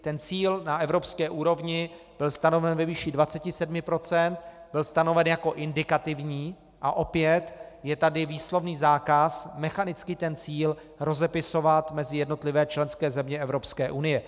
Ten cíl na evropské úrovni byl stanoven ve výši 27 %, byl stanoven jako indikativní a opět je tady výslovný zákaz mechanicky ten cíl rozepisovat mezi jednotlivé členské země Evropské unie.